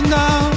now